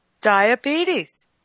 diabetes